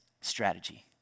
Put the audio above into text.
strategy